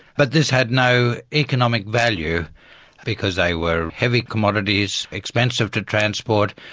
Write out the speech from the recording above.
but this had no economic value because they were heavy commodities, expensive to transport.